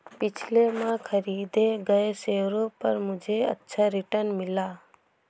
पिछले माह खरीदे गए शेयरों पर मुझे अच्छा रिटर्न मिला